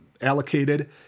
allocated